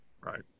Right